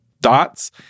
dots